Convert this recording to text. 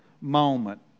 moment